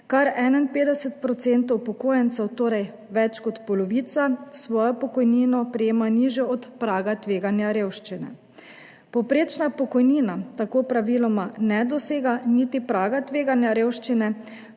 kar 51 % upokojencev, torej več kot polovica, svojo pokojnino prejema nižjo od praga tveganja revščine. Povprečna pokojnina tako praviloma ne dosega niti praga tveganja revščine,